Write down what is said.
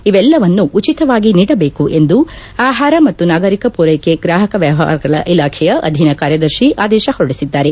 ಇವೆಲ್ಲವನ್ನೂ ಉಚಿತವಾಗಿ ನೀಡಬೇಕು ಎಂದು ಆಹಾರ ಮತ್ತು ನಾಗರಿಕ ಪೂರೈಕೆ ಗ್ರಾಹಕ ವ್ಯವಹಾರಗಳ ಇಲಾಖೆಯ ಅಧೀನ ಕಾರ್ಯದರ್ತಿ ಆದೇಶ ಹೊರಡಿಸಿದ್ದಾರೆ